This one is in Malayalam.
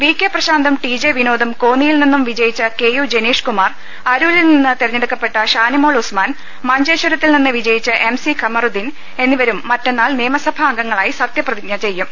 വി കെ പ്രശാന്തും ടി ജെ വിനോദും കോന്നിയിൽ നിന്നും വിജ യിച്ച കെ യു ജനീഷ്കുമാർ അരൂരിൽ നിന്ന് തെരഞ്ഞെടുക്കപ്പെട്ട ഷാനിമോൾ ഉസ്മാൻ മഞ്ചേശ്വരത്തിൽ നിന്ന് വിജയിച്ച എം സി കമറുദ്ദീൻ എന്നിവരും മറ്റന്നാൾ നിയമസഭാ അംഗങ്ങളായി സത്യ പ്രതിജ്ഞ ചെയ്യും